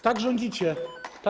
Tak rządzicie.